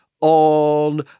on